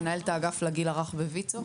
מנהלת האגף לגיל הרך בוויצו,